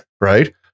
Right